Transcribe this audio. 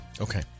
Okay